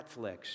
Netflix